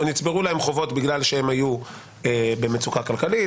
נצברו להם חובות בגלל שהם היו במצוקה כלכלית,